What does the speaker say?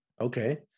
okay